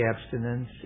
abstinence